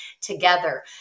together